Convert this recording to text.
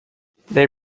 they